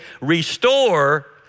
restore